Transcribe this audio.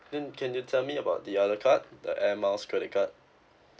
then can you tell me about the other card the air miles credit card